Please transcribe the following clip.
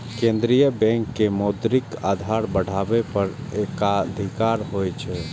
केंद्रीय बैंक के मौद्रिक आधार बढ़ाबै पर एकाधिकार होइ छै